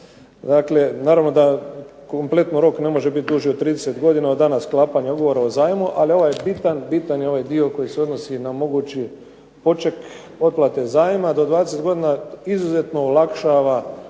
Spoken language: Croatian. zakona. Naravno da kompletno rok ne može biti duži od 30 godina od dana sklapanja ugovora o zajmu ali ovaj je bitan, bitan je ovaj dio koji se odnosi na mogući poček otplate zajma do 20 godina izuzetno olakšava